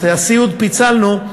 את הסיעוד פיצלנו,